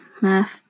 math